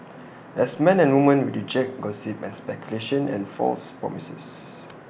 as men and women we reject gossip and speculation and false promises